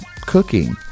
cooking